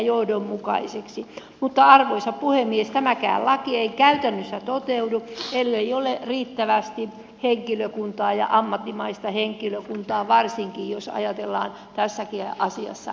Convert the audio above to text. mutta arvoisa puhemies tämäkään laki ei käytännössä toteudu ellei ole riittävästi henkilökuntaa ja ammattimaista henkilökuntaa varsinkin jos ajatellaan tässäkin asiassa